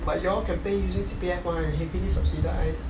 but you all can pay using C_P_F mah and heavily subsidised